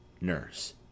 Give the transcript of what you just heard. Nurse